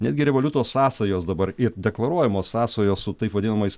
netgi revoliuto sąsajos dabar ir deklaruojamos sąsajos su taip vadinamais